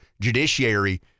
judiciary